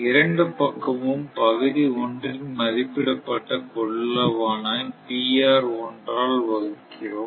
இரண்டு பக்கமும் பகுதி ஒன்றின் மதிப்பிடப்பட்ட கொள்ளளவு ஆன ஆல் வகுக்கிறோம்